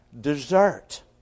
Dessert